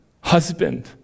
husband